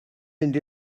fynd